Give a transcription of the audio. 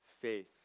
faith